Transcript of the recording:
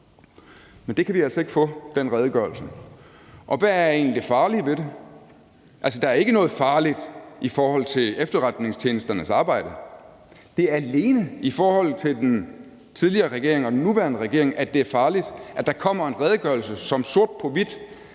kan vi altså ikke få. Kl. 16:23 Hvad er egentlig det farlige ved det? Der er ikke noget farligt i forhold til efterretningstjenesternes arbejde. Det er alene i forhold til den tidligere regering og den nuværende regering, at det er farligt, at der kommer en redegørelse, som sort på hvidt